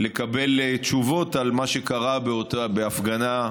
לקבל תשובות על מה שקרה בהפגנה,